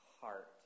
heart